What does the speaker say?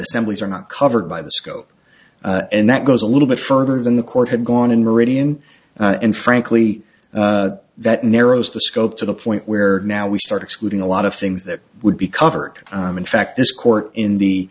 assemblies are not covered by the scope and that goes a little bit further than the court had gone in meridian and frankly that narrows the scope to the point where now we start excluding a lot of things that would be covered in fact this court in the